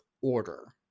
order